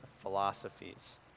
philosophies